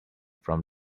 from